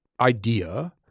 idea